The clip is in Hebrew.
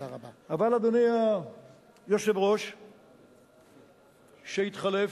אבל, אדוני היושב-ראש שהתחלף,